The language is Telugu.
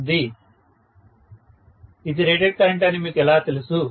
స్టూడెంట్ ఇది రేటెడ్ కరెంటు అని మీకు ఎలా తెలుసు